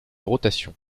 rotation